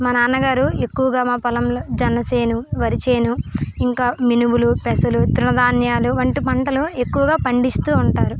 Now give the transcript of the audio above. మా నాన్నగారు ఎక్కువగా మా పొలం జొన్న చేను వరి చేను ఇంకా మినుగులు పెసలు ఉత్తర ధాన్యాలు వంటి పంటలు ఎక్కువగా పండిస్తూ ఉంటారు